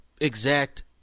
exact